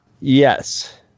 Yes